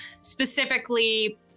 specifically